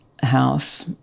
house